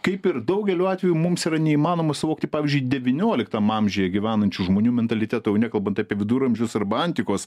kaip ir daugeliu atveju mums yra neįmanoma suvokti pavyzdžiui devynioliktam amžiuje gyvenančių žmonių mentaliteto jau nekalbant apie viduramžius arba antikos